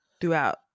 throughout